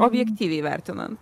objektyviai vertinant